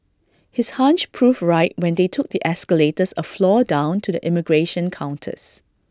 his hunch proved right when they took the escalators A floor down to the immigration counters